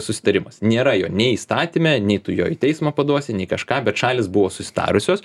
susitarimas nėra jo nei įstatyme nei tu jo į teismą paduosi nei kažką bet šalys buvo susitarusios